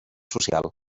social